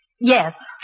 Yes